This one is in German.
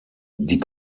die